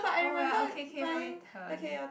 oh well okay okay my turn